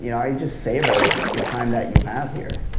you know iid just savor the time that you have here.